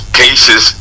cases